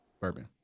bourbon